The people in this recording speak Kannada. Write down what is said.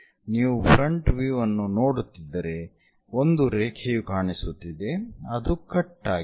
ನೀವು ಫ್ರಂಟ್ ವ್ಯೂ ಅನ್ನು ನೋಡುತ್ತಿದ್ದರೆ ಒಂದು ರೇಖೆಯು ಕಾಣಿಸುತ್ತಿದೆ ಅದು ಕಟ್ ಆಗಿದೆ